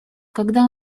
когда